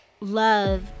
love